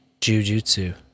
Jujutsu